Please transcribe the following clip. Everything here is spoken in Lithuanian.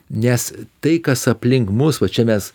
nes tai kas aplink mus va čia mes